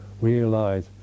realize